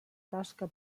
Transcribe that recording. tasca